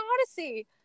Odyssey